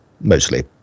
mostly